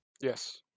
Yes